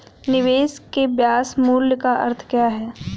निवेश के ब्याज मूल्य का अर्थ क्या है?